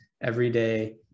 everyday